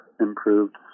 improved